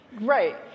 right